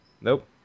Nope